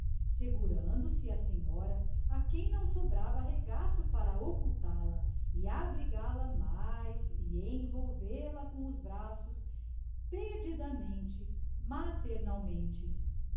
segurando se á senhora a quem não sobrava regaço para occultal a e abrigal a mais e envo vel-a com os braços perdidamente maternalmente